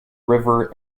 river